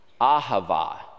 Ahava